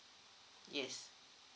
yes